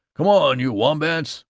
come on, you wombats!